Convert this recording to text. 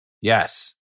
Yes